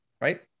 right